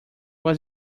was